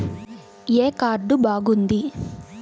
ఏ card బాగుంది?